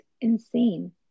insane